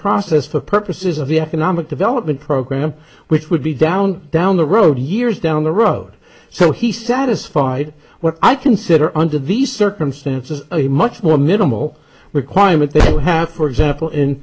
process for purposes of the economic development program which would be down down the road years down the road so he satisfied what i consider under these circumstances a much more minimal requirement that you have for example in